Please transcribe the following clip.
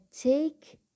take